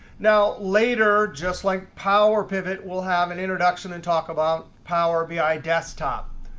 now later, just like power pivot, we'll have an introduction and talk about power bi desktop.